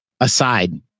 aside